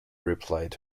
replied